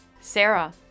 Sarah